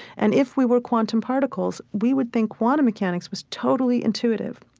and if we were quantum particles, we would think quantum mechanics was totally intuitive.